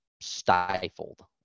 stifled